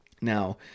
Now